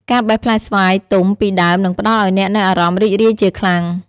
ការបេះផ្លែស្វាយទុំពីដើមនឹងផ្តល់ឱ្យអ្នកនូវអារម្មណ៍រីករាយជាខ្លាំង។